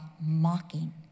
mocking